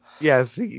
Yes